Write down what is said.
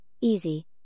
easy